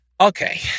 Okay